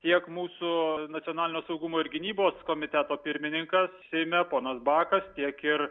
tiek mūsų nacionalinio saugumo ir gynybos komiteto pirmininkas seime ponas bakas tiek ir